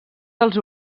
dels